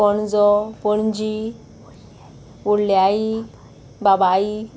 पणजो पणजी व्हडल्याई बाबाई